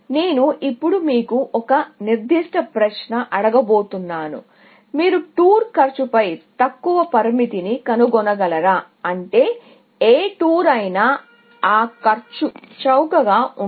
నేను ఇప్పుడు మీకు ఒక నిర్దిష్ట ప్రశ్న అడుగుతున్నాను మీరు టూర్ కాస్ట్పై తక్కువ పరిమితిని కనుగొనగలరా అంటే ఏ టూర్ అయినా ఆ కాస్ట్ కంటే చౌకగా ఉండదు